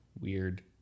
Weird